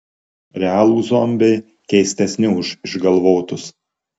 realūs zombiai keistesni už išgalvotus